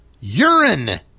Urine